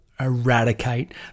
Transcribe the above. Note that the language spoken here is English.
eradicate